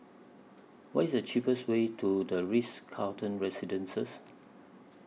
What IS The cheapest Way to The Ritz Carlton Residences